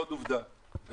עוד עובדה: